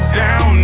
down